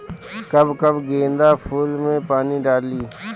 कब कब गेंदा फुल में पानी डाली?